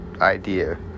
idea